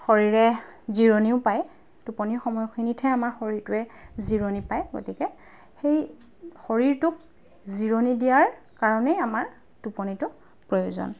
শৰীৰে জিৰণনিও পায় টোপনি সময়খিনিতহে আমাৰ শৰীৰটোৱে জিৰণি পায় গতিকে সেই শৰীৰটোক জিৰণি দিয়াৰ কাৰণেই আমাৰ টোপনিটো প্ৰয়োজন